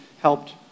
helped